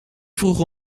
vroegen